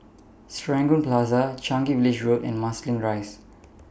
Serangoon Plaza Changi Village Road and Marsiling Rise